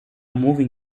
moving